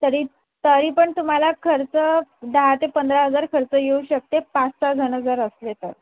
तरी तरी पण तुम्हाला खर्च दहा ते पंधरा हजार खर्च येऊ शकते पाच सहा जणं जर असले तर